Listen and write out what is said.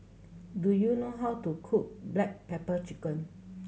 do you know how to cook black pepper chicken